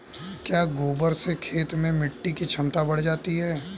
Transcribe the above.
क्या गोबर से खेत में मिटी की क्षमता बढ़ जाती है?